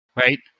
Right